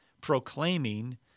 proclaiming